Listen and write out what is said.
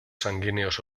sanguíneos